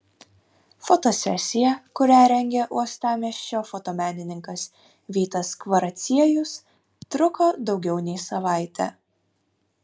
fotosesija kurią rengė uostamiesčio fotomenininkas vytas kvaraciejus truko daugiau nei savaitę